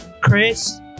Chris